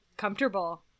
Comfortable